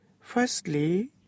Firstly